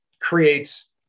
creates